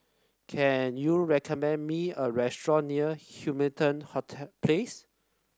can you recommend me a restaurant near Hamilton Place